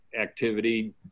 activity